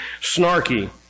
snarky